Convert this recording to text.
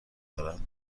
دارد